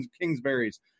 Kingsbury's